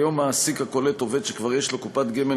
כיום מעסיק הקולט עובד שכבר יש לו קופת גמל